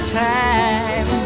time